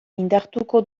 indartuko